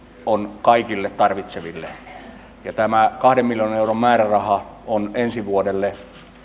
on kaikille tarvitseville tämä kahden miljoonan euron määräraha on ensi vuodelle